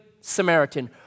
Samaritan